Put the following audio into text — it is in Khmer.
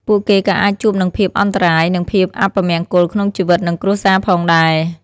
ពួកគេក៏អាចជួបនឹងភាពអន្តរាយ ឬភាពអពមង្គលក្នុងជីវិតនិងគ្រួសារផងដែរ។